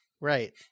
right